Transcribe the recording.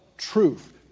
Truth